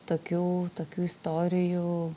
tokių tokių istorijų